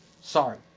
Sorry